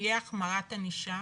תהיה החמרת ענישה,